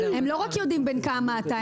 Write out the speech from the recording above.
הם לא רק יודעים בן כמה אתה,